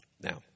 Now